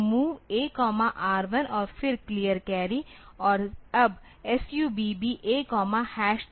तो MOV AR 1 और फिर क्लियर कैरी और अब SUBB A 30 हेक्स